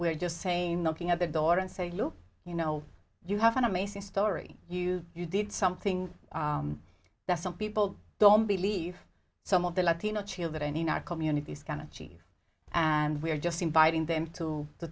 we're just saying knocking at the door and say look you know you have an amazing story you you did something that some people don't believe some of the latino children in our communities can achieve and we're just inviting them to t